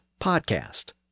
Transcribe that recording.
podcast